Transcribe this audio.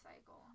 cycle